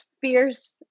fierce